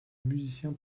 musicien